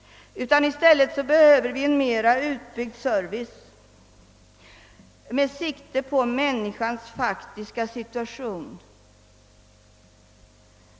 I stället behöver vi en mera utbyggd service med hänsyn tagen till människans faktiska situation.